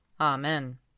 Amen